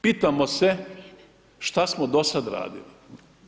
Pitamo se šta smo do sad radili?